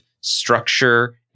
structure